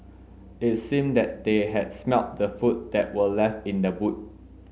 it seemed that they had smelt the food that were left in the boot